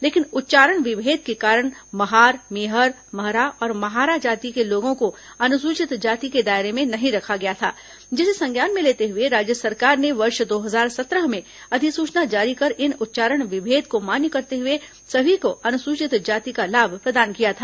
लेकिन उच्चारण विभेद के कारण महार मेहर महरा और महारा जाति के लोगों को अनुसूचित जाति के दायरे में नहीं रखा गया था जिसे संज्ञान में लेते हुए राज्य सरकार ने वर्ष दो हजार सत्रह में अधिसूचना जारी कर इन उच्चारण विभेद को मान्य करते हुए सभी को अनुसूचित जाति का लाभ प्रदान किया था